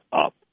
up